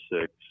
six